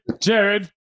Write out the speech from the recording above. jared